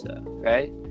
right